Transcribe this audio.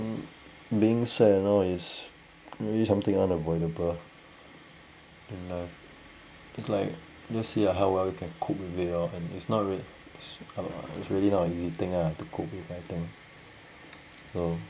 I think being sad you know is really something unavoidable in life is like just see lah how well you can cope with it lor and it's not real~ uh it's really not easy thing ah to cope with so